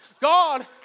God